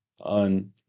on